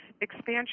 expansion